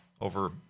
over